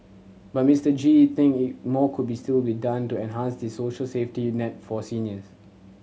but Mister Gee think it more could be still be done to enhance the social safety net for seniors